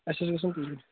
اَسہِ اوس گژھُن توٗرۍ